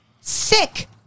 sick